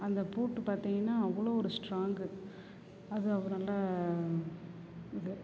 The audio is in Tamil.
அந்த பூட்டு பார்த்தீங்கன்னா அவ்வளோ ஒரு ஸ்ட்ராங்கு அதுக்கப்புறோல்ல இது